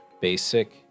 basic